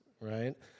right